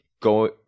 go